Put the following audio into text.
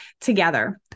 together